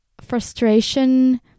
frustration